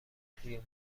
توی